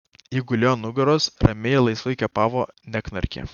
ji gulėjo ant nugaros ramiai ir laisvai kvėpavo neknarkė